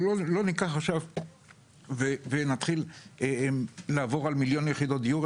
שלא נתחיל עכשיו לעבור על מיליון יחידות דיור,